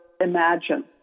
imagine